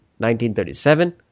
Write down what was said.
1937